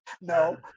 No